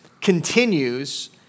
continues